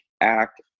act